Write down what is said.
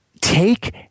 Take